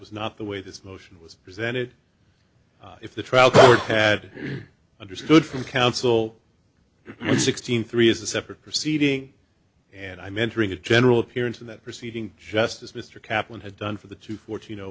was not the way this motion was presented if the trial court had understood from counsel sixteen three is a separate proceeding and i'm entering a general appearance in that proceeding just as mr kaplan had done for the two fourteen